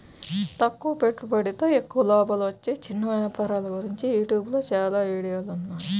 తక్కువ పెట్టుబడితో ఎక్కువ లాభాలు వచ్చే చిన్న వ్యాపారాల గురించి యూట్యూబ్ లో చాలా వీడియోలున్నాయి